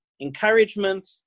encouragement